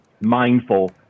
mindful